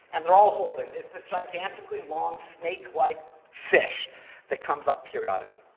and they're all holding it. it's this gigantically long snake-like fish that comes up periodically.